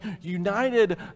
united